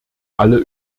alle